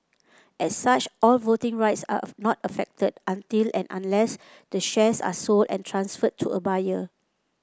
as such all voting rights are not affected until and unless the shares are sold and transferred to a buyer